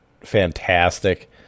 fantastic